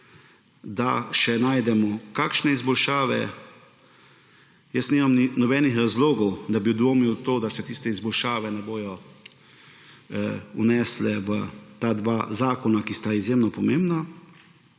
da še najdemo kakšne izboljšave. Jaz nimam nobenih razlogov, da bi dvomil v to, da se tiste izboljšave ne bojo vnesle v ta dva zakona, ki sta izjemno pomembna.